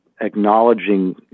acknowledging